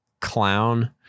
clown